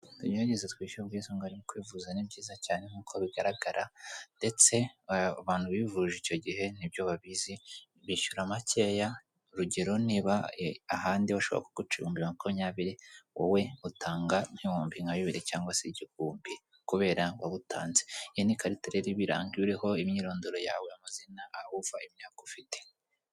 Tugerageze twishyure ubwisungane mu kwivuza, ni byiza cyane nkuko bigaragara, ndetse abantu bivuje icyo gihe nibyo babizi, bishyura makeya, rugero niba ahandi bashobora kuguca ibihumbi makumyabiri, wowe utanga ibihumbi nka ibihumbi bibiri cyangwa se igihumbi, kubera wawutanze. Iyo ni ikarita rero ibiranga, iba iriho imyirondoro yawe, amazina, Aaho uva, imyaka ufite.